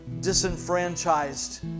disenfranchised